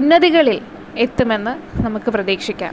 ഉന്നതികളിൽ എത്തുമെന്ന് നമുക്ക് പ്രതീക്ഷിക്കാം